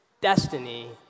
destiny